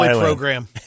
program